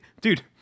dude